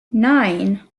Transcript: nine